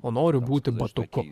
o noriu būti matuku